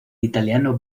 italiano